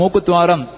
mukutuaram